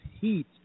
heat